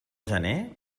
gener